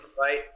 right